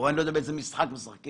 אולי במשחק אחר